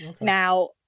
Now